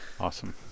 awesome